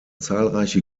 zahlreiche